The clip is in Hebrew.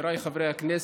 חבריי חברי הכנסת,